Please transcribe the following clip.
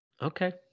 Okay